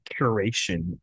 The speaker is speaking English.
curation